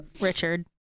Richard